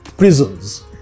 prisons